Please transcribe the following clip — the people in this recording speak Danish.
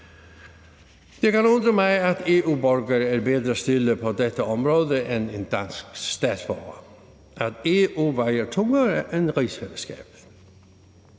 Det kan undre mig, at en EU-borger er bedre stillet på dette område end en dansk statsborger, altså at EU vejer tungere end rigsfællesskabet.